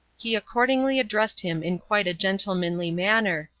he accordingly addressed him in quite a gentlemanly manner,